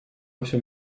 всем